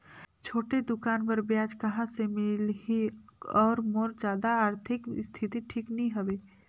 छोटे दुकान बर ब्याज कहा से मिल ही और मोर जादा आरथिक स्थिति ठीक नी हवे?